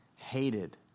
hated